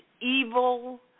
evil